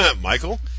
Michael